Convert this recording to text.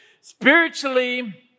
spiritually